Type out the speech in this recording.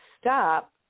stop